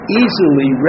easily